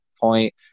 point